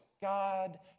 God